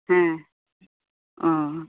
ᱦᱮᱸ ᱚ